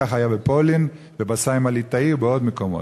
כך היה בפולין ובסֵיים הליטאי ובעוד מקומות.